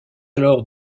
alors